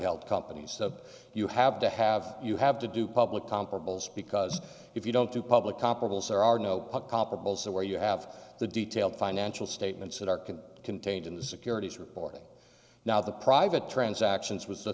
held companies you have to have you have to do public comparables because if you don't do public comparables there are no comparables where you have the detailed financial statements that are can contained in the securities reporting now the private transactions was the